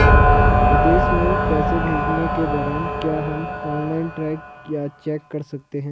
विदेश में पैसे भेजने के दौरान क्या हम ऑनलाइन ट्रैक या चेक कर सकते हैं?